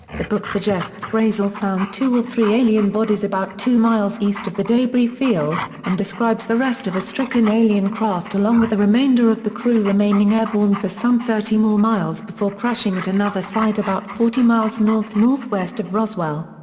the book suggests brazel found two or three alien bodies about two miles east of the debris field, and describes the rest of a stricken alien craft along with the remainder of the crew remaining airborne for some thirty more miles before crashing at another site about forty miles north northwest of roswell.